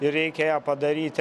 ir reikia ją padaryti